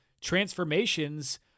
transformations